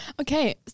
Okay